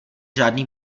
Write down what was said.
žádný